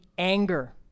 Anger